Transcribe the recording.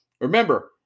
Remember